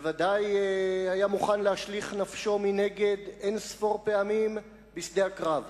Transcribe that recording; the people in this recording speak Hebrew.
בוודאי היה מוכן להשליך נפשו מנגד אין-ספור פעמים בשדה הקרב.